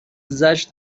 زجر